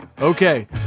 Okay